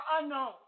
unknown